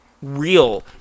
real